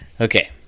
Okay